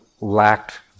lacked